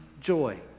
joy